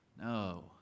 No